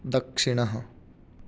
दक्षिणः